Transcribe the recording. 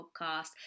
podcast